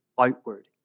outward